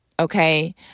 Okay